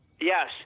Yes